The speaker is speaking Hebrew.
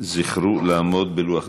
זכרו לעמוד בלוח הזמנים.